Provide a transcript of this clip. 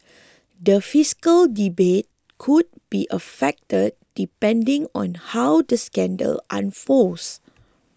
the fiscal debate could be affected depending on how the scandal unfolds